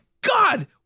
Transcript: God